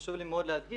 חשוב לי מאוד להדגיש,